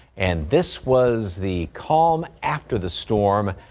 and this was the calm after the storm.